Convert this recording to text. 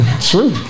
true